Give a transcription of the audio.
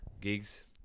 gigs